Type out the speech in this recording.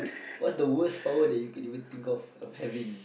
what's the worse power that you could ever think of having